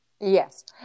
Yes